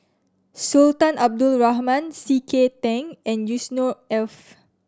Sultan Abdul Rahman C K Tang and Yusnor Ef